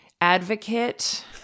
advocate